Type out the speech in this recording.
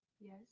yes